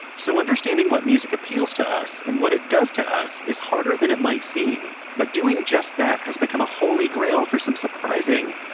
so understanding what music appeals to us, and what it does to us, is harder than it might seem. but doing just that has become a holy grail for some surprising,